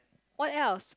what else